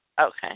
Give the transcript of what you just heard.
Okay